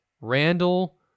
Randall